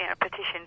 petitions